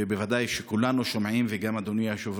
בוודאי שכולנו שומעים,